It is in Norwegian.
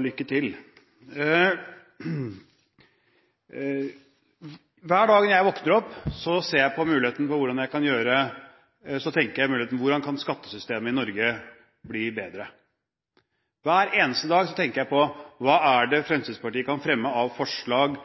Lykke til! Hver dag når jeg våkner opp, tenker jeg på muligheten for hvordan skattesystemet i Norge kan bli bedre. Hver eneste dag tenker jeg på hva det er Fremskrittspartiet kan fremme av forslag,